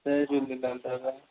जय झूलेलाल दादा